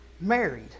married